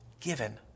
Given